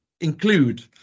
include